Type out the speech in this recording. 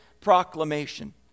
proclamation